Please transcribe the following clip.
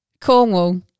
Cornwall